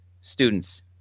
students